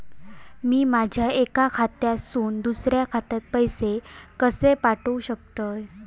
मी माझ्या एक्या खात्यासून दुसऱ्या खात्यात पैसे कशे पाठउक शकतय?